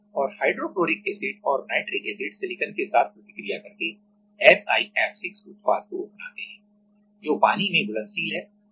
और hydrofluoric acid और nitric acid silicon के साथ प्रतिक्रिया करके SiF6 उत्पाद को बनाते हैं जो पानी में घुलनशील है